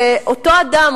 שאותו אדם,